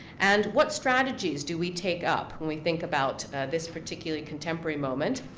and what strategies do we take up when we think about this particularly contemporary moment?